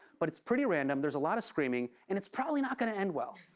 but it's pretty random, there's a lot of screaming, and it's probably not gonna end well.